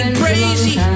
crazy